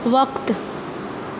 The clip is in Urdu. وقت